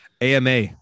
AMA